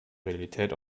realität